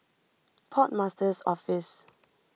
Port Master's Office